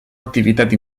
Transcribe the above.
activitat